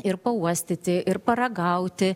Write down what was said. ir pauostyti ir paragauti